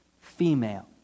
female